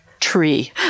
Tree